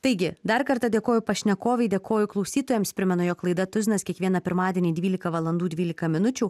taigi dar kartą dėkoju pašnekovei dėkoju klausytojams primenu jog laida tuzinas kiekvieną pirmadienį dvylika valandų dvylika minučių